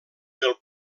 del